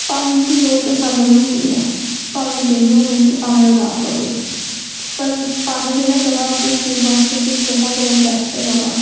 ਪਾਣੀ ਦੀ ਲੋੜ ਤਾਂ ਸਭ ਨੂੰ ਹੁੰਦੀ ਆ ਭਾਵੇਂ ਉਹ ਦਿਨ ਹੋਵੇ ਅਤੇ ਭਾਵੇਂ ਉਹ ਰਾਤ ਹੋਵੇ ਪਰ ਪਾਣੀ ਜਿਹੜਾ ਹੈਗਾ ਵਾ ਆਪਣੇ ਸਰੀਰ ਵਾਸਤੇ ਕਿ ਬਹੁਤ ਜ਼ਿਆਦਾ ਬੈਸਟ ਹੈਗਾ ਵਾ